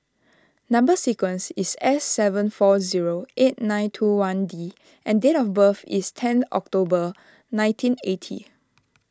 Number Sequence is S seven four zero eight nine two one D and date of birth is ten October nineteen eighty